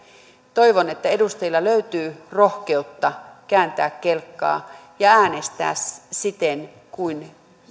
toivon että edustajilla löytyy rohkeutta kääntää kelkka ja äänestää siten kuin